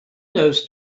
those